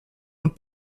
und